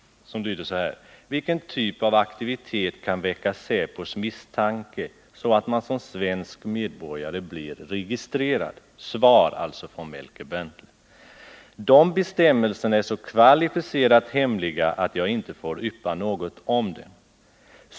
Jag citerar: ”Vilken typ av aktivitet kan väcka Säpos misstanke så att man som svensk medborgare blir registrerad? — De bestämmelserna är så kvalificerat hemliga att jag inte får yppa något om dem.